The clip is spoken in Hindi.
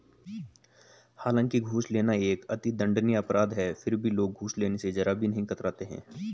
हालांकि घूस लेना एक अति दंडनीय अपराध है फिर भी लोग घूस लेने स जरा भी कतराते नहीं है